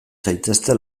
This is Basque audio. zaitezte